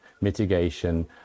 mitigation